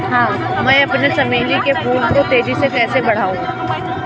मैं अपने चमेली के फूल को तेजी से कैसे बढाऊं?